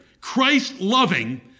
Christ-loving